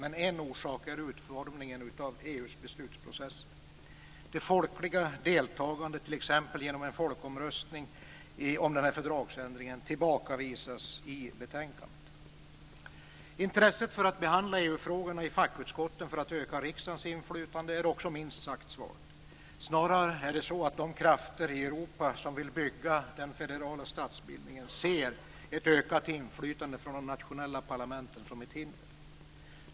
En orsak är utformningen av EU:s beslutsprocesser. Det folkliga deltagandet, t.ex. genom en folkomröstning om fördragsändringen, tillbakavisas i betänkandet. Intresset för att behandla EU-frågorna i fackutskotten för att öka riksdagens inflytande är också minst sagt svagt. Snarare är det så att de krafter i Europa som vill bygga den federala statsbildningen ser ett ökat inflytande från de nationella parlamenten som ett hinder.